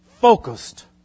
focused